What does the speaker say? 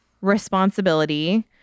responsibility